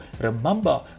remember